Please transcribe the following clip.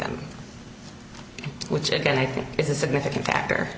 him which again i think is a significant factor